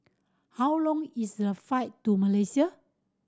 how long is the flight to Malaysia